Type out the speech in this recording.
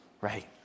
Right